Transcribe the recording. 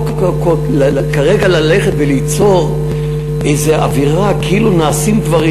כרגע ללכת וליצור איזו אווירה כאילו נעשים דברים,